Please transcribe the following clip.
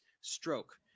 stroke